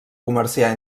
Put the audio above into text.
comerciar